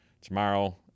tomorrow